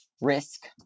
risk